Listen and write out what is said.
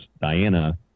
Diana